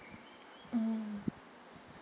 mm